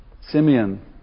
Simeon